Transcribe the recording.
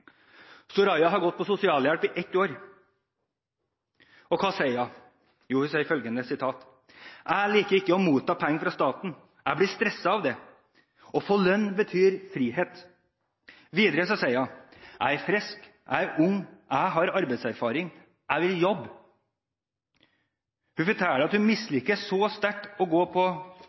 har gått på sosialhjelp i ett år, og hva sier hun? Hun sier følgende: «Jeg liker ikke å motta penger fra staten. Jeg blir stresset av det. Å få lønn betyr frihet.» Videre sier hun: «Jeg er frisk, jeg er ung, jeg har arbeidserfaring. Jeg vil jobbe.» Hun forteller at hun sterkt misliker å gå på